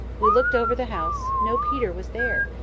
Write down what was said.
we looked over the house no peter was there!